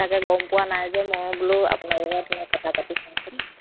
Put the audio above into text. তাকে গম পোৱা নাই যে মই বোলো আপোনাৰ লগত মই কথা পাতি চাওচোন